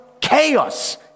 chaos